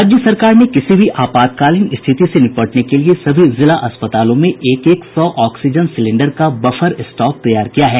राज्य सरकार ने किसी भी आपातकालीन स्थिति से निपटने के लिए सभी जिला अस्पतालों में एक एक सौ ऑक्सीजन सिलेंडर का बफर स्टॉक तैयार किया है